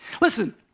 Listen